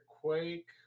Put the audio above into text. Quake